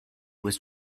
was